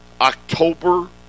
October